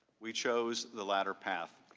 we chose the latter path.